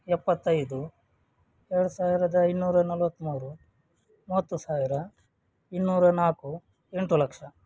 ಎಪ್ಪತ್ತೈದು ಎರಡು ಸಾವಿರದ ಇನ್ನೂರ ನಲವತ್ತಮೂರು ಮೂವತ್ತು ಸಾವಿರ ಇನ್ನೂರ ನಾಲ್ಕು ಎಂಟು ಲಕ್ಷ